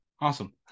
Awesome